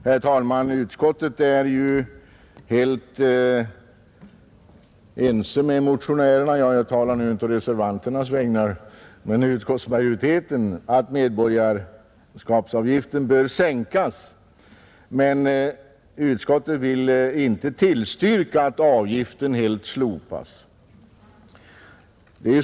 Herr talman! Utskottet är ju helt ense med motionärerna — jag talar nu inte å reservanternas vägnar utan å utskottsmajoritetens — att medborgarskapsavgiften bör sänkas, men utskottet vill inte tillstyrka att avgiften helt slopas.